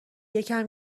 یکم